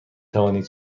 توانید